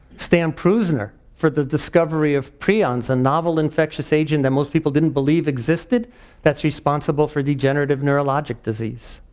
stan prusener for the discovery of prions, a novel infectious agent that most people didn't believe existed that's responsible for degenerative neurologic disease.